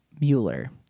Mueller